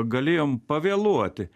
galėjom pavėluoti